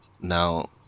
now